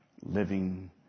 living